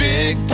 Big